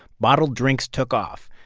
bottled drinks took off.